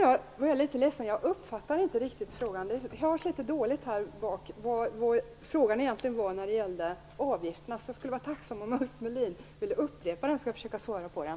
Jag uppfattade inte frågan om avgifterna. Om Ulf Melin upprepar den skall jag försöka svara på den.